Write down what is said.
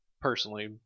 personally